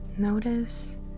Notice